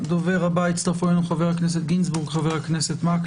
הצטרפו אלינו חברי הכנסת גינזבורג ומקלב.